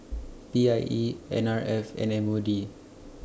P I E N R F and M O D